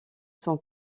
son